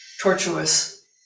tortuous